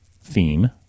theme